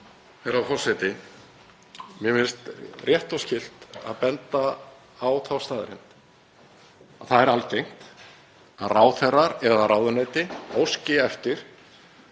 Herra forseti. Mér finnst rétt og skylt að benda á þá staðreynd að það er algengt að ráðherrar eða ráðuneyti óski eftir